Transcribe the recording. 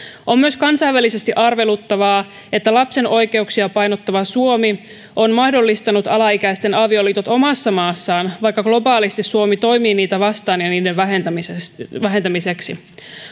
on myös kansainvälisesti arveluttavaa että lapsen oikeuksia painottava suomi on mahdollistanut alaikäisten avioliitot omassa maassaan vaikka globaalisti suomi toimii niitä vastaan ja niiden vähentämiseksi vähentämiseksi